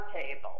table